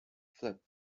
flap